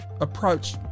approach